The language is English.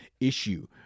issue